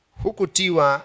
hukutiwa